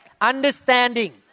understanding